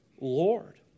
Lord